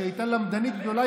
שהיא הייתה למדנית גדולה,